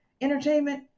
entertainment